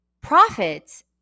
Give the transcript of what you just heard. profits